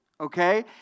okay